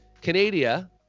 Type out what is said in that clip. Canada